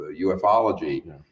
UFOlogy